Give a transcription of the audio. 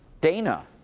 dana.